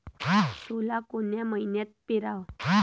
सोला कोन्या मइन्यात पेराव?